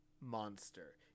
monster